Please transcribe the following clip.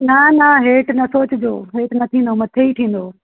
न न हेठि नथो अचिजो हेठि न थींदो मथे ई थींदो